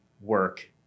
work